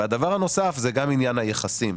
הדבר הנוסף זה גם עניין היחסים.